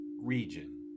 region